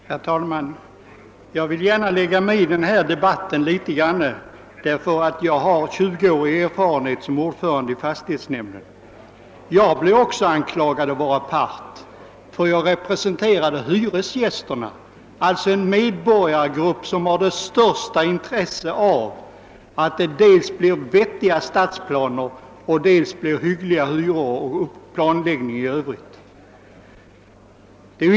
Herr talman! Jag vill gärna lägga mig i denna debatt en smula, eftersom jag har 20-årig erfarenhet som ordförande i fastighetsnämnd. Jag har också blivit anklagad för att vara part därför att jag representerar hyresgästerna, alltså en medborgargrupp som har det största intresse av att det blir både vettiga stadsplaner, hyggliga hyror och god planläggning i övrigt.